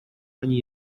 ani